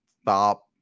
stop